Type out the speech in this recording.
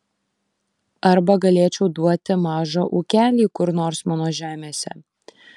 arba galėčiau duoti mažą ūkelį kur nors mano žemėse